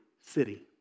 city